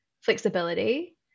flexibility